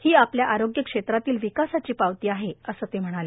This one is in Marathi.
ही आपल्या आरोग्य क्षेत्रातील विकासाची पावती आहे असे ते म्हणाले